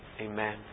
Amen